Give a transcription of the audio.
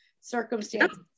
circumstances